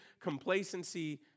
complacency